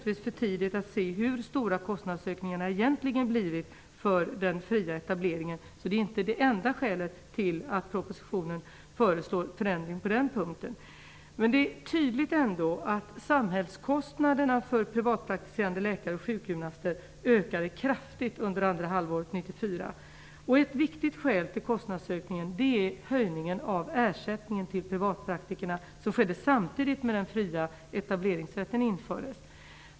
Det är för tidigt att se hur stora kostnadsökningarna egentligen blivit för den fria etableringen. Det är inte det enda skälet till att vi i propositionen föreslår förändringar på den punkten. Det är ändå tydligt att samhällskostnaderna för privatpraktiserande läkare och sjukgymnaster ökade kraftigt under andra halvåret 1994. Ett viktigt skäl till kostnadsökningen är höjningen av ersättningen till privatpraktikerna, som skedde samtidigt med att den fria etableringsrätten infördes.